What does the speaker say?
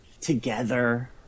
together